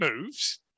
moves